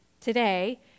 today